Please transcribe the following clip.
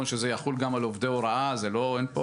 שזה יחול גם על עובדי ההוראה אין פה